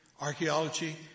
archaeology